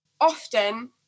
often